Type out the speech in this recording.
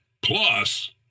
plus